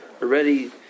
already